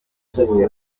rwego